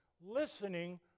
listening